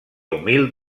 humil